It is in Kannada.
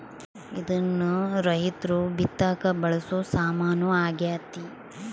ಇದ್ನ ರೈರ್ತು ಬಿತ್ತಕ ಬಳಸೊ ಸಾಮಾನು ಆಗ್ಯತೆ